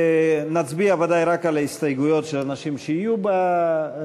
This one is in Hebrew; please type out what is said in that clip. נצביע ודאי רק על הסתייגויות של אנשים שיהיו במליאה,